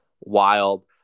wild